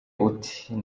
uti